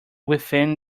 within